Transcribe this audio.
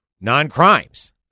non-crimes